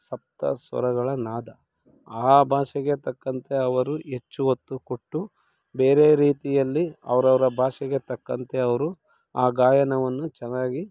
ಸಪ್ತ ಸ್ವರಗಳ ನಾದ ಆ ಭಾಷೆಗೆ ತಕ್ಕಂತೆ ಅವರು ಹೆಚ್ಚು ಹೊತ್ತು ಕೊಟ್ಟು ಬೇರೆ ರೀತಿಯಲ್ಲಿ ಅವರವರ ಭಾಷೆಗೆ ತಕ್ಕಂತೆ ಅವರು ಆ ಗಾಯನವನ್ನು ಚೆನ್ನಾಗಿ